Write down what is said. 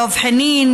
דב חנין,